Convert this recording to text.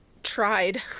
tried